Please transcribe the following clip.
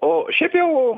o šiaip jau